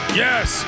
yes